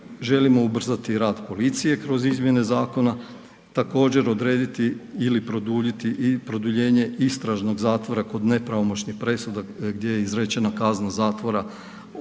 želimo ubrzati rad policije kroz izmjene zakona, također odrediti ili produljiti i produljenje istražnog zatvora kod nepravomoćnih presuda gdje je izrečena kazna zatvora od pet